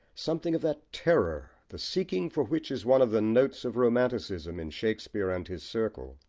something of that terror, the seeking for which is one of the notes of romanticism in shakespeare and his circle.